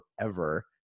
forever